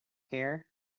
here